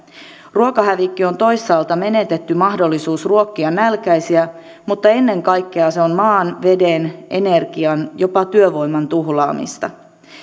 ruokahävikki on toisaalta menetetty mahdollisuus ruokkia nälkäisiä mutta ennen kaikkea se on maan veden energian jopa työvoiman tuhlaamista